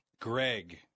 Greg